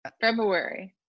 February